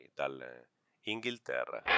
dall'Inghilterra